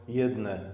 jedne